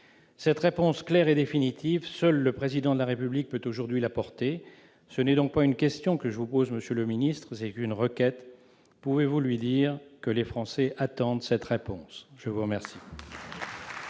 Cette réponse claire et définitive, seul le Président de la République peut aujourd'hui l'apporter. Ce n'est donc pas une question que je vous pose, monsieur le Premier ministre, c'est une requête que je vous adresse : pouvez-vous lui dire que les Français attendent cette réponse ? La parole